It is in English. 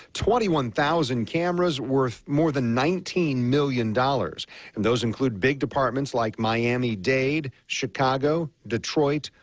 twenty one thousand cameras were more than nineteen million-dollars. and those include big departments like miami dade, chicago, detroit,